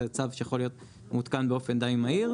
צו שיכול להיות מעודכן באופן די מהיר,